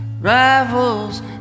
Rivals